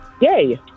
Yay